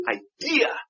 idea